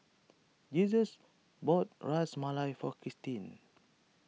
Jesus bought Ras Malai for Kristine